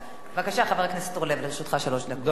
בבקשה, חבר הכנסת אורלב, לרשותך שלוש דקות.